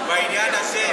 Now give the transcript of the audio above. בעניין הזה,